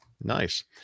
Nice